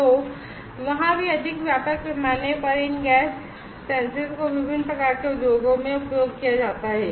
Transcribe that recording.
तो वहाँ भी अधिक व्यापक पैमाने पर इन गैस सेंसेस को विभिन्न प्रकार के उद्योगों में उपयोग किया जाता है